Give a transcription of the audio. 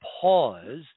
pause